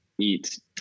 eat